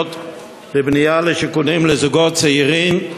תוכניות בנייה לשיכונים לזוגות צעירים,